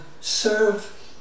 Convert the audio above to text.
serve